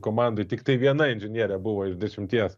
komandoj tiktai viena inžinierė buvo iš dešimties